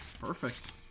Perfect